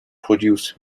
produced